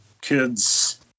kids